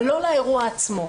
אבל לא לאירוע עצמו.